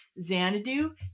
Xanadu